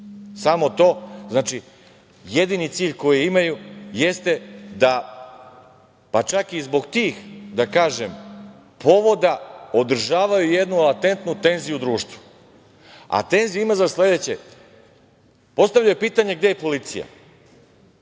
Samo to. Znači jedini cilj koji imaju jeste da, pa čak i zbog tih da kažem povoda održavaju jednu latentnu tenziju u društvu. A, tenzije ima za sledeće. Postavljaju pitanje – gde je policija?